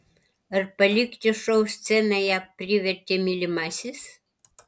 ar palikti šou sceną ją privertė mylimasis